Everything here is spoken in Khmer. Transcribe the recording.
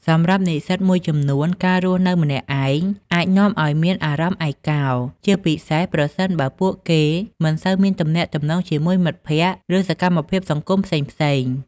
សម្រាប់និស្សិតមួយចំនួន ការរស់នៅម្នាក់ឯងអាចនាំឱ្យមាន អារម្មណ៍ឯកោ ជាពិសេសប្រសិនបើពួកគេមិនសូវមានទំនាក់ទំនងជាមួយមិត្តភក្តិ ឬសកម្មភាពសង្គមផ្សេងៗ។